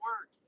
work